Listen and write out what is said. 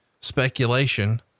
speculation